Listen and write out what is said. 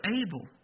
able